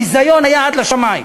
הביזיון היה עד לשמים.